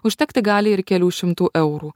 užtekti gali ir kelių šimtų eurų